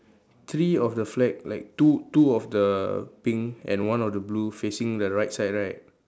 three of the flag like two two of the pink and one of the blue facing the right side right